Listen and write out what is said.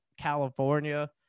California